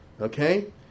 Okay